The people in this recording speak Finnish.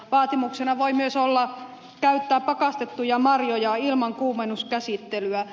vaatimuksena voi myös olla käyttää pakastettuja marjoja ilman kuumennuskäsittelyä